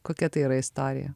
kokia ta yra istorija